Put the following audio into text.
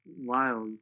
Wild